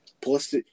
Plus